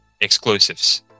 exclusives